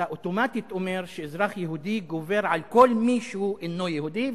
אתה אוטומטית אומר שאזרח יהודי גובר על כל מי שאינו יהודי,